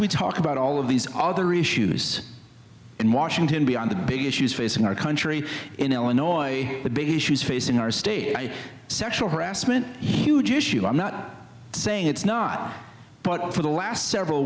we talk about all of these other issues in washington beyond the big issues facing our country in illinois the big issues facing our state sexual harassment huge issue i'm not saying it's not but for the last several